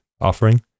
offering